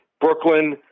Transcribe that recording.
Brooklyn